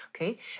okay